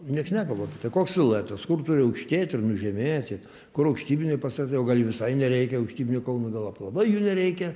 nieks nekalba apie tai koks siluetas kur turi aukštėti ir nužemėti kur aukštybiniai pastatai o gal jų visai nereikia aukštybinių kaunui gal aplamai jų nereikia